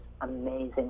amazing